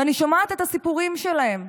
ואני שומעת את הסיפורים שלהם,